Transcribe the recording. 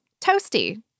Toasty